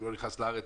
מי לא נכנס לארץ,